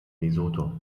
lesotho